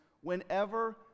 whenever